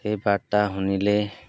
সেই বাৰ্তা শুনিলেই